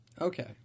Okay